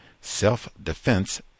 self-defense